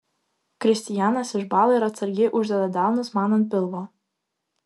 kristijanas išbąla ir atsargiai uždeda delnus man ant pilvo